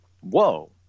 whoa